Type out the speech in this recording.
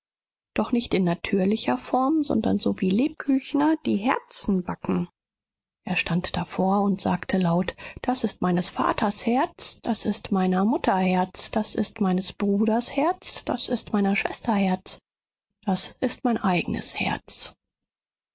doch nicht in natürlicher form sondern so wie lebküchner die herzen backen er stand davor und sagte laut das ist meines vaters herz das ist meiner mutter herz das ist meines bruders herz das ist meiner schwester herz das ist mein eignes herz